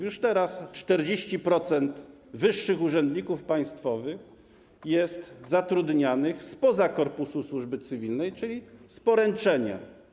Już teraz 40% wyższych urzędników państwowych jest zatrudnianych spoza korpusu służby cywilnej, czyli z poręczenia.